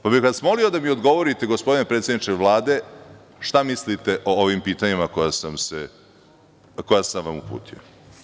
Pa, bih vas molio, da mi odgovorite, gospodine predsedniče Vlade šta mislite o ovim pitanjima koja sam vam uputio?